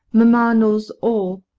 mamma knows all.